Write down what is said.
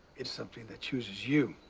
it's something that chooses you.